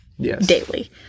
daily